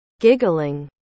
Giggling